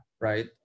right